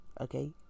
okay